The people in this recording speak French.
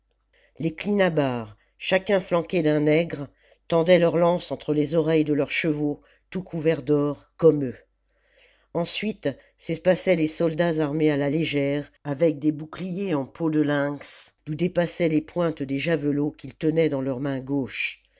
les clinabares chacun flanqué d'un nègre tendaient leurs lances entre les oreilles de leurs chevaux tout couverts d'or comme eux ensuite s'espaçaient les soldats armés à la légère avec des boucliers en peau de lynx d'où dépassaient les pointes des javelots qu'ils tenaient dans leur main gauche